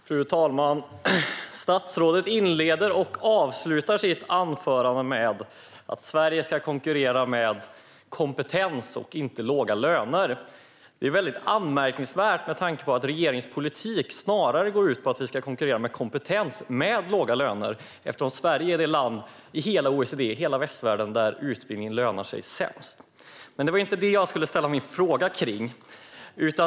Fru talman! Statsrådet inleder och avslutar sitt anförande med att Sverige ska konkurrera med kompetens och inte låga löner. Det är väldigt anmärkningsvärt med tanke på att regeringens politik snarare går ut på att vi ska konkurrera med kompetens med låga löner. Sverige är det land i hela OECD och västvärlden där utbildning lönar sig sämst. Men det var inte det jag skulle ställa min fråga om.